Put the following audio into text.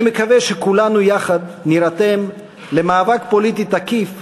אני מקווה שכולנו יחד נירתם למאבק פוליטי תקיף,